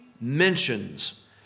mentions